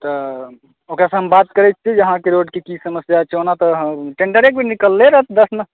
तऽ ओकरासंँ हम बात करैत छी जे अहाँकेँ रोडकेंँ की समस्या छै ओना तऽ टेण्डरे नहि निकलै दश